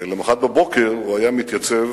ולמחרת בבוקר הוא היה מתייצב